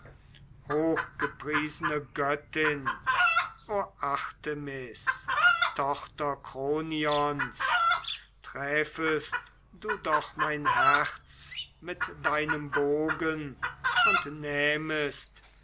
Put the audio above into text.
hochgepriesene göttin o artemis tochter kronions träfest du doch mein herz mit deinem bogen und nähmest